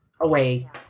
away